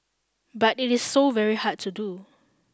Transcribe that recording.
but it is so very hard to do